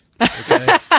Okay